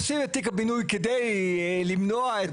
בתי המשפט אומרים את זה.